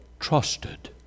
trusted